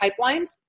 pipelines